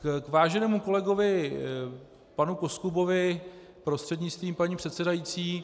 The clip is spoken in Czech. K váženému kolegovi Koskubovi prostřednictvím paní předsedající.